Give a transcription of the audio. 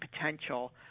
potential